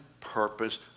purpose